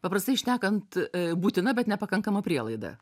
paprastai šnekant būtina bet ne pakankama prielaida